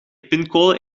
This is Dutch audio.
pincode